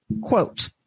quote